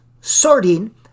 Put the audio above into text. sorting